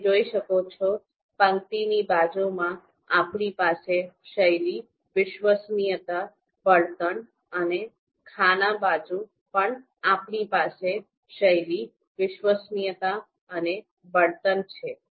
તમે જોઈ શકો છો પંક્તિની બાજુમાં આપણી પાસે શૈલી વિશ્વસનીયતા બળતણ છે અને ખાના બાજુ પણ આપણી પાસે શૈલી વિશ્વસનીયતા અને બળતણ છે